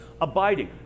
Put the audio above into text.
abiding